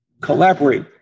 collaborate